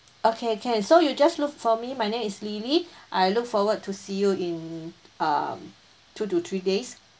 okay can so you just look for me my name is lily I look forward to see you in um two to three days